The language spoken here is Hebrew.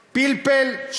פלפל,